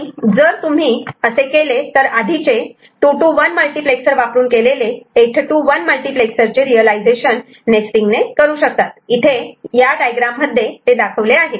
आणि जर तुम्ही असे केले तर आधीचे 2 to 1 मल्टिप्लेक्सर वापरून केलेले 8 to 1 मल्टिप्लेक्सरर्च रियलायझेशन नेस्टींग ने करू शकतात इथे या डायग्राम मध्ये ते दाखवले आहे